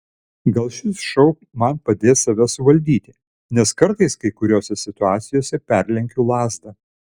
gal šis šou man padės save suvaldyti nes kartais kai kuriose situacijose perlenkiu lazdą